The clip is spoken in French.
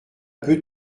peu